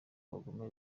abagome